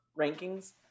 rankings